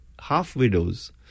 half-widows